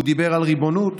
הוא דיבר על ריבונות,